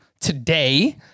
today